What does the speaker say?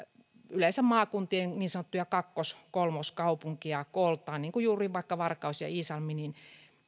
yleensä tuommoisia maakuntien kooltaan niin sanottuja kakkos kolmoskaupunkeja niin kuin juuri vaikka varkaus ja iisalmi niin